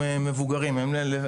שאמנם הם זוג מבוגר,